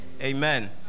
Amen